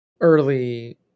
early